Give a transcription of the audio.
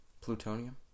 plutonium